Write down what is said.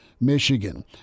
Michigan